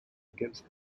against